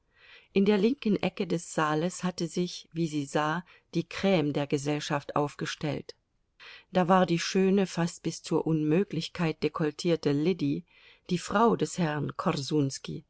in der linken ecke des saales hatte sich wie sie sah die creme der gesellschaft aufgestellt da war die schöne fast bis zur unmöglichkeit dekolletierte liddy die frau des herrn